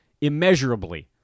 immeasurably